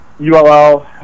ULL